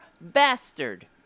bastard